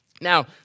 Now